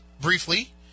briefly